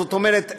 זאת אומרת,